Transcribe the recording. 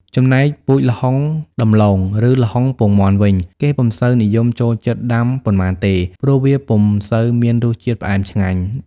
ចំំណែកពូជល្ហុងដំឡូង ឬល្ហុងពងមាន់វិញ គេពុំសូវនិយមចូលចិត្តដាំប៉ុន្មានទេ ព្រោះវាពុំសូវមានរសជាតិផ្អែមឆ្ងាញ់។